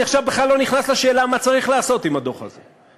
אני עכשיו בכלל לא נכנס לשאלה מה צריך לעשות עם הדוח הזה,